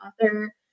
author